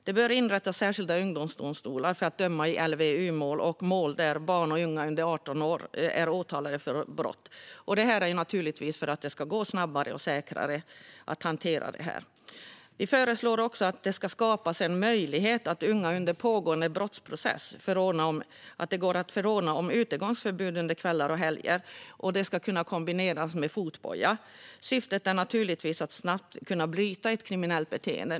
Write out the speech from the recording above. Det bör inrättas särskilda ungdomsdomstolar för att döma i LVU-mål och i mål där barn och unga under 18 år är åtalade för brott. Detta naturligtvis för att hanteringen ska bli snabbare och säkrare. Vi föreslår också att det ska skapas möjlighet att under pågående brottmålsprocess förordna om utegångsförbud under kvällar och helger. Detta ska kunna kombineras med fotboja. Syftet är naturligtvis att snabbt kunna bryta ett kriminellt beteende.